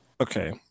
Okay